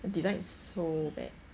the design is so bad